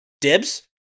Dibs